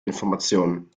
informationen